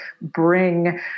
bring